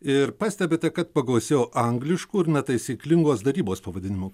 ir pastebite kad pagausėjo angliškų ir netaisyklingos darybos pavadinimų